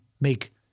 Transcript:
make